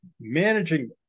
managing